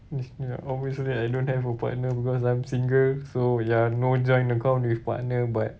ya obviously I don't have a partner because I'm single so ya no joint account with partner but